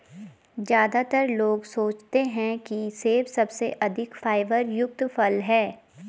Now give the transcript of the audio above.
ज्यादातर लोग सोचते हैं कि सेब सबसे अधिक फाइबर युक्त फल है